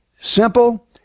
Simple